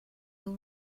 all